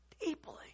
deeply